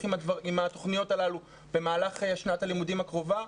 עם התוכניות הללו במהלך שנת הלימודים הקרובה,